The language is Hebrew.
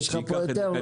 יש לך פה יותר מאחד.